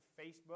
Facebook